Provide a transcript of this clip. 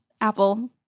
Apple